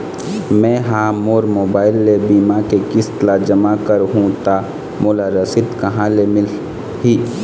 मैं हा मोर मोबाइल ले बीमा के किस्त ला जमा कर हु ता मोला रसीद कहां ले मिल ही?